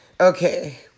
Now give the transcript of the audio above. okay